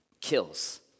kills